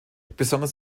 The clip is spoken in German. besonders